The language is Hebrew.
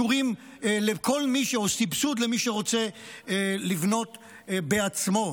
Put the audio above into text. לתת אישורים או סבסוד למי שרוצה לבנות בעצמו.